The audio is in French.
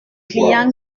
client